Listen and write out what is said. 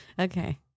okay